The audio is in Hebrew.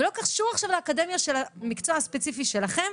ולא קשור עכשיו לאקדמיה או למקצוע הספציפי שלכם,